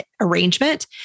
arrangement